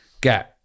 get